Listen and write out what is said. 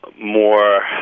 more